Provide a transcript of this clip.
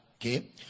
Okay